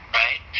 right